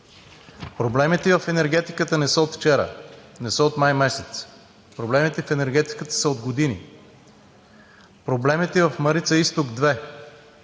Проблемите в енергетиката не са от вчера, не са от месец май. Проблемите в енергетиката са от години. Проблемите в „Марица изток 2“